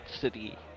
City